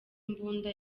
imbunda